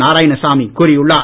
நாராயணசாமி கூறியுள்ளார்